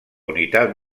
unitat